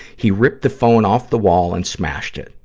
he ripped the phone off the wall and smashed it.